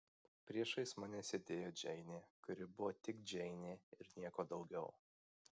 priešais mane sėdėjo džeinė kuri buvo tik džeinė ir nieko daugiau